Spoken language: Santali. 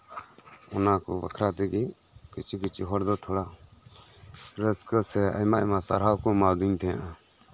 ᱚᱱᱟ ᱠᱚ ᱵᱟᱠᱷᱨᱟ ᱛᱮᱜᱮ ᱠᱤᱪᱷᱩᱼᱠᱤᱪᱷᱩ ᱦᱚᱲ ᱫᱚ ᱛᱷᱚᱲᱟ ᱨᱟᱹᱥᱠᱟᱹ ᱥᱮ ᱟᱭᱢᱟᱼᱟᱭᱢᱟ ᱥᱟᱨᱦᱟᱣ ᱠᱚ ᱮᱢᱟᱫᱤᱧ ᱛᱟᱦᱮᱸᱫᱼᱟ